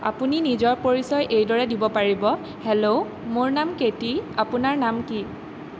আপুনি নিজৰ পৰিচয় এইদৰে দিব পাৰিব হেল্ল' মোৰ নাম কেটি আপোনাৰ নাম কি